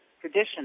tradition